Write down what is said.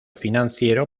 financiero